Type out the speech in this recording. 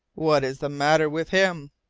what is the matter with him?